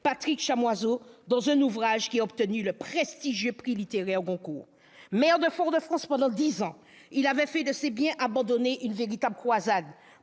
Patrick Chamoiseau, dans un ouvrage qui a obtenu le prestigieux prix littéraire Goncourt. Maire de Fort-de-France pendant dix ans, Serge Letchimy avait fait de ces biens abandonnés une véritable croisade.